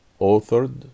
authored